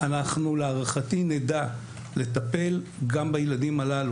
להערכתי אנחנו נדע לטפל גם בילדים הללו,